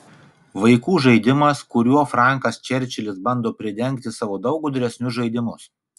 vaikų žaidimas kuriuo frankas čerčilis bando pridengti savo daug gudresnius žaidimus